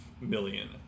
million